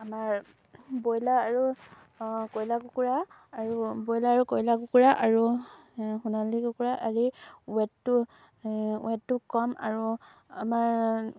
আমাৰ বইলাৰ আৰু কয়লা কুকুৰা আৰু ব্ৰইলাৰ আৰু কয়লা কুকুৰা আৰু সোণালী কুকুৰা আদিৰ ৱেটটো ৱেটটো কম আৰু আমাৰ